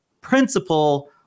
principle